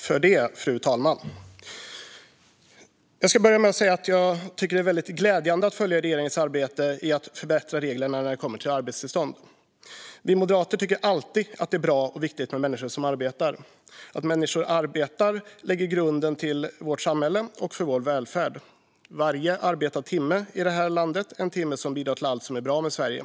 Fru talman! Det är glädjande att följa regeringens arbete med att förbättra reglerna för arbetstillstånd. Vi moderater tycker alltid att det är bra och viktigt med människor som arbetar. Att människor arbetar lägger grunden för vårt samhälle och för vår välfärd. Varje arbetad timme i vårt land är en timme som bidrar till allt som är bra med Sverige.